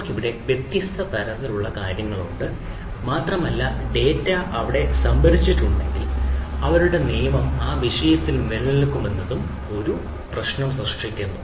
നമ്മൾക്ക് ഇവിടെ വ്യത്യസ്ത തരത്തിലുള്ള കാര്യങ്ങളുണ്ട് മാത്രമല്ല ഡാറ്റ അവിടെ സംഭരിച്ചിട്ടുണ്ടെങ്കിൽ ആരുടെ നിയമം ആ വിഷയത്തിൽ നിലനിൽക്കുമെന്നത് ഒരു പ്രശ്നം സൃഷ്ടിക്കുന്നു